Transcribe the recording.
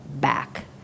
back